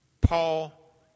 Paul